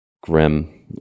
grim